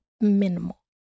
Minimal